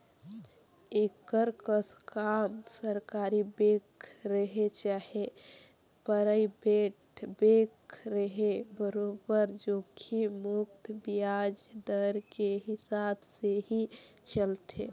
एकर कस काम सरकारी बेंक रहें चाहे परइबेट बेंक रहे बरोबर जोखिम मुक्त बियाज दर के हिसाब से ही चलथे